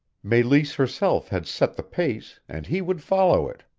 meleese herself had set the pace and he would follow it.